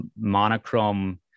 monochrome